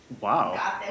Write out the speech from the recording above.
Wow